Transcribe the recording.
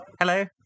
hello